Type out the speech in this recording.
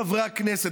חברי הכנסת,